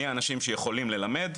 מי האנשים שיכולים ללמד,